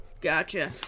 Gotcha